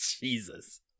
jesus